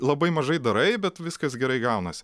labai mažai darai bet viskas gerai gaunasi